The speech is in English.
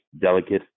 delicate